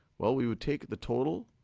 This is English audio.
well, we would take the total.